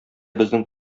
безнең